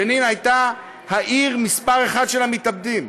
ג'נין הייתה העיר מספר אחת של המתאבדים,